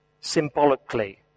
symbolically